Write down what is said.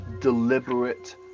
deliberate